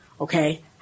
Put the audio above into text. Okay